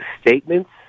Statements